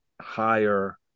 higher